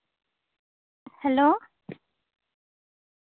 hello